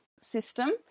system